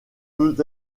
peut